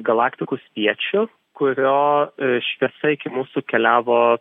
galaktikų spiečių kurio šviesa iki mūsų keliavo